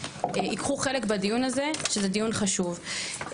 ייקחו חלק בדיון הזה שזה דיון חשוב.